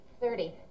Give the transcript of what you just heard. Thirty